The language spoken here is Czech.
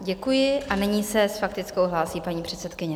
Děkuji a nyní se s faktickou hlásí paní předsedkyně.